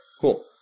cool